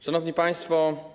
Szanowni Państwo!